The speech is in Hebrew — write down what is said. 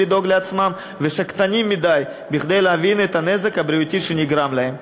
לדאוג לעצמם ושקטנים מכדי להבין את הנזק הבריאותי שנגרם להם.